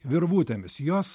virvutėmis jos